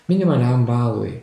minimaliam balui